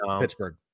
Pittsburgh